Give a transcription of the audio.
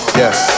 yes